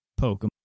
Pokemon